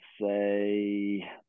say